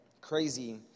crazy